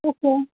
okay